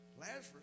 Lazarus